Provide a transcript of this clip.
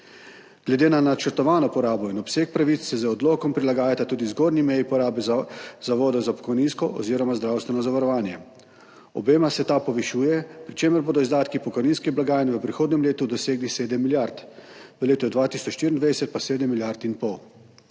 Glede na načrtovano porabo in obseg pravic se z odlokom prilagajata tudi zgornji meji porabe zavoda za pokojninsko oziroma zdravstveno zavarovanje. Obema se ta povišuje, pri čemer bodo izdatki pokojninske blagajne v prihodnjem letu dosegli 7 milijard, v letu 2024 pa 7 milijard in pol.